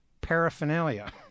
paraphernalia